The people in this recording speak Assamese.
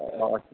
অঁ